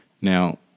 Now